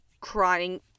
Crying